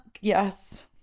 yes